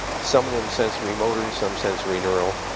some of them sensory motor, some sensory neural.